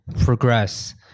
progress